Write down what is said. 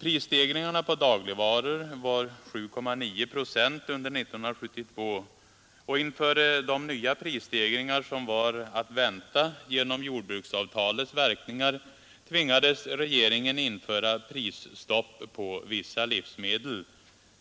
Prisstegringarna på dagligvaror var 7,9 procent under år 1972. Inför de nya prisstegringar som var att vänta genom jordbruksavtalets verkningar tvingades regeringen införa prisstopp på vissa livsmedel.